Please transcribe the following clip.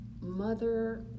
mother